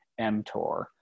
mTOR